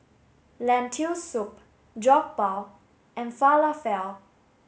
lentil soup Jokbal and Falafel